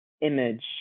image